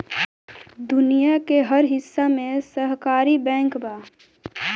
दुनिया के हर हिस्सा में सहकारी बैंक बा